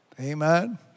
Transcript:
Amen